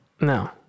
No